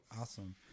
awesome